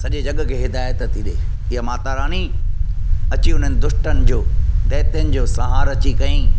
सॼे जग खे हिदायत थी ॾे ये माता रानी अची उन्हनि दुष्टनि जो दइतनि जो संहार अची कयाईं